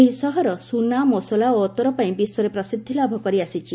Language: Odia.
ଏହି ସହର ସୁନା ମସଲା ଓ ଅତର ପାଇଁ ବିଶ୍ୱରେ ପ୍ରସିଦ୍ଧି ଲାଭ କରିଆସିଛି